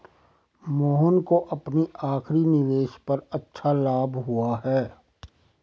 मोहन को अपनी आखिरी निवेश पर अच्छा लाभ हुआ